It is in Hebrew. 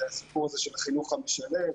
זה הסיפור הזה של החינוך המשלב.